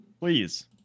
Please